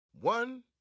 One